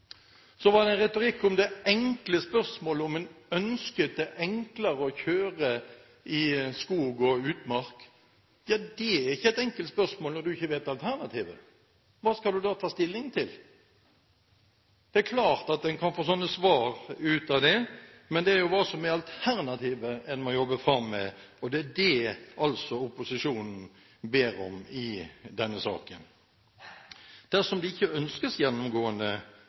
Så var det retorikken om det enkle spørsmålet om en ønsket det enklere å kjøre i skog og utmark. Det er ikke et enkelt spørsmål når du ikke vet alternativet. Hva skal du da ta stilling til? Det er klart at en kan få sånne svar ut av det, men det er jo hva alternativet er, en må jobbe med, og det er altså det opposisjonen ber om i denne saken. Dersom det ikke ønskes gjennomgående